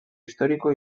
histórico